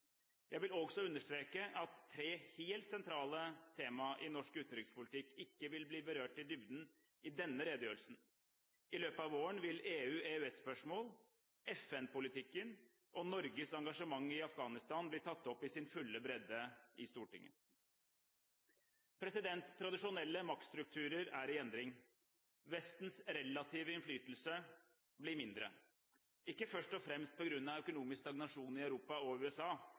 Jeg vil også understreke at tre helt sentrale temaer i norsk utenrikspolitikk ikke vil bli berørt i dybden i denne redegjørelsen: I løpet av våren vil EU/EØS-spørsmål, FN-politikken og Norges engasjement i Afghanistan bli tatt opp i sin fulle bredde i Stortinget. Tradisjonelle maktstrukturer er i endring. Vestens relative innflytelse blir mindre, ikke først og fremst på grunn av økonomisk stagnasjon i Europa og USA